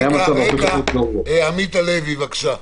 איילת, בבקשה.